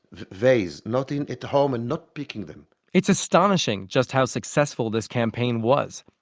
vase, not in at home, and not picking them it's astonishing just how successful this campaign was.